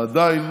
עדיין